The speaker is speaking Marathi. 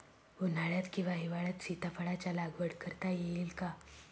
उन्हाळ्यात किंवा हिवाळ्यात सीताफळाच्या लागवड करता येईल का?